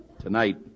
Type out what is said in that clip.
tonight